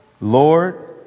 Lord